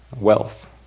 wealth